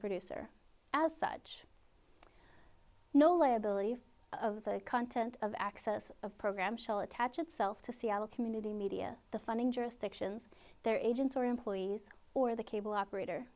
producer as such no liability of the content of access of program shall attach itself to seattle community media the funding jurisdictions their agents or employees or the cable operator